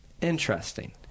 Interesting